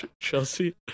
Chelsea